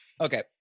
Okay